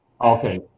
Okay